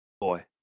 boy